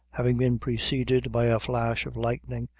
having been preceded by a flash of lightning,